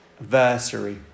adversary